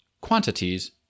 quantities